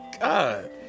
god